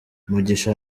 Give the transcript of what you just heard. mugisha